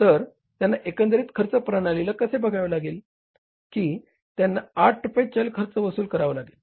तर त्यांना एकंदरीत खर्च प्रणालीला कसे बघावे लागले की त्यांना 8 रुपये चल खर्च वसूल करावा लागेल